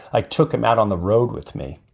i took him out on the road with me